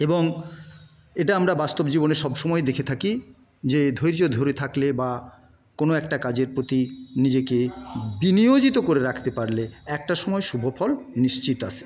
এবং এটা আমরা বাস্তব জীবনে সবসময় দেখে থাকি যে ধৈর্য্য ধরে থাকলে বা কোনো একটা কাজের প্রতি নিজেকে বিনিয়োজিত করে রাখতে পারলে একটা সময় শুভ ফল নিশ্চিত আসে